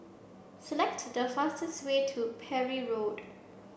select the fastest way to Parry Road